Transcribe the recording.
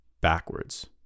backwards